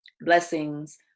blessings